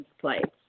plates